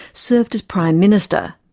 served as prime minister.